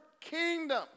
kingdom